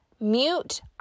mute